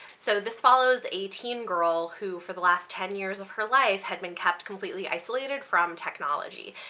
so this follows a teen girl who for the last ten years of her life had been kept completely isolated from technology.